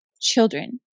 children